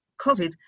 COVID